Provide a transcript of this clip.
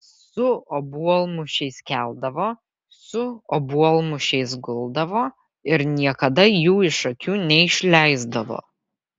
su obuolmušiais keldavo su obuolmušiais guldavo ir niekada jų iš akių neišleisdavo